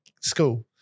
school